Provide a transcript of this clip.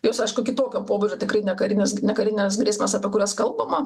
jos aišku kitokio pobūdžio tikrai nekarinės nekarinės grėsmes apie kurias kalbama